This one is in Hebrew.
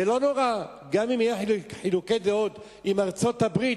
וגם אם יהיו חילוקי דעות עם ארצות-הברית,